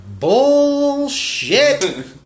Bullshit